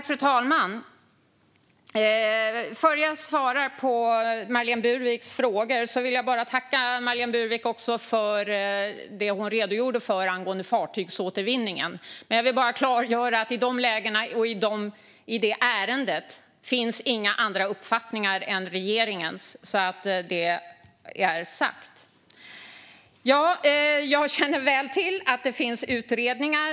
Fru talman! Innan jag svarar på Marlene Burwicks frågor vill jag tacka henne för det som hon redogjorde för angående fartygsåtervinningen. Jag vill bara klargöra att det i detta ärende inte finns några andra uppfattningar än regeringens, så att det är sagt. Jag känner väl till att det finns utredningar.